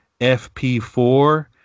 FP4